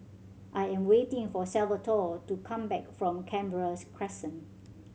I am waiting for Salvatore to come back from Canberra Crescent